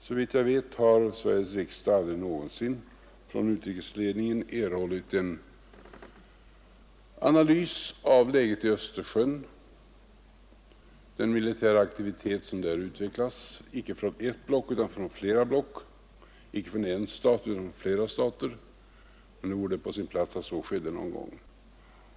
Såvitt jag vet har Sveriges riksdag aldrig någonsin från utrikesledningen erhållit en analys av läget i Östersjön och den militära aktivitet som där utvecklas icke från ett block utan från flera block, icke från en stat utan från flera stater. Men nog vore det på sin plats att så skedde någon gång.